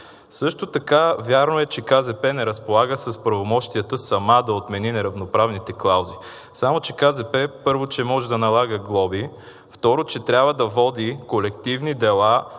Също така е вярно, че КЗП не разполага с правомощията сама да отмени неравноправните клаузи. Само че КЗП, първо, че може да налага глоби. Второ, че трябва да води колективни дела